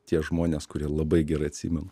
tie žmonės kurie labai gerai atsimenu